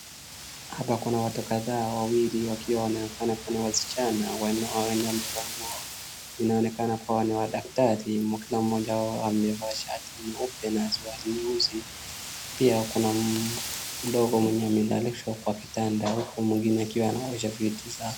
Hapa kuna watu kadhaa wawili wakiwa ni wasichana, wenye wamevaa nguo inaonekana kuwa ni madaktari, kila mmoja wao amevaa shati nyeupe na suruali nyeusi. Pia, kuna mdogo mwenye amelalishwa kwa kitanda, huku mwingine akiwa anaosha vitu zake.